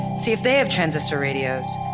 see if they have transistor radios.